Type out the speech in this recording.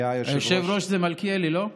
היושב-ראש זה מלכיאלי, לא?